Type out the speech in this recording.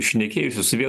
šnekėjosi su vienu